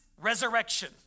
resurrection